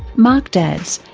mark dadds,